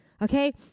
Okay